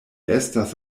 estas